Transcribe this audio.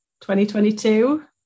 2022